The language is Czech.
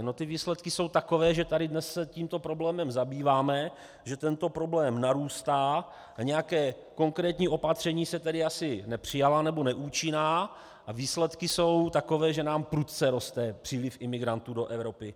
No ty výsledky jsou takové, že tady dnes se tímto problémem zabýváme, že tento problém narůstá a nějaká konkrétní opatření se tedy asi nepřijala, nebo neúčinná, a výsledky jsou takové, že nám prudce roste příliv imigrantů do Evropy.